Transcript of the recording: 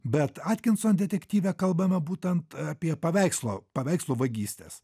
bet atkinson detektyve kalbame būtent apie paveikslo paveikslo vagystes